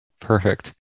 Perfect